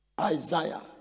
Isaiah